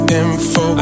info